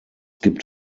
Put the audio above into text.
gibt